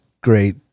great